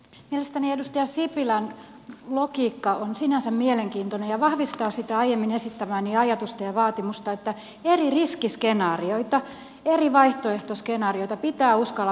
mielestäni edustaja sipilän logiikka on sinänsä mielenkiintoinen ja vahvistaa sitä aiemmin esittämääni ajatusta ja vaatimusta että eri riskiskenaarioita eri vaihtoehtoskenaarioita pitää uskaltaa vertailla toisiinsa